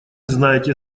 знаете